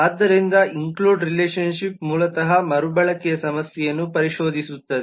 ಆದ್ದರಿಂದ include relationship ಮೂಲತಃ ಮರುಬಳಕೆಯ ಸಮಸ್ಯೆಯನ್ನು ಪರಿಶೋಧಿಸುತ್ತದೆ